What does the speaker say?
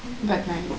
but my